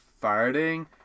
farting